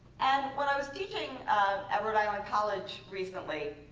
and when i was teaching at rhode island college recently